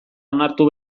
onartu